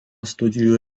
studijų